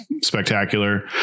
spectacular